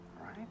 right